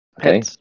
Okay